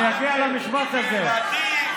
אני אגיע למשפט הזה.